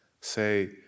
say